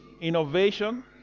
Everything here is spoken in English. innovation